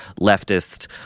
leftist